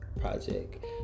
project